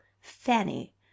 Fanny